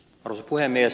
arvoisa puhemies